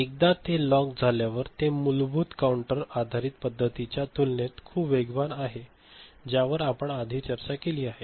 एकदा ते लॉक झाल्यावर ते मूलभूत काउंटर आधारित पद्धतीच्या तुलनेत खूप वेगवान आहे ज्यावर आपण आधीच चर्चा केली आहे